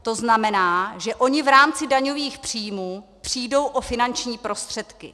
To znamená, že oni v rámci daňových příjmů přijdou o finanční prostředky.